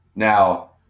Now